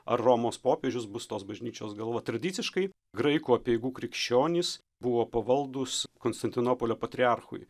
ar romos popiežius bus tos bažnyčios galva tradiciškai graikų apeigų krikščionys buvo pavaldūs konstantinopolio patriarchui